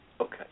Okay